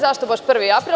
Zašto baš 1. april?